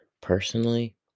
personally